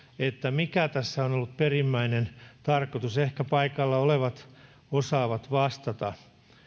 mikä tässä on ollut perimmäinen tarkoitus ehkä paikalla olevat osaavat vastata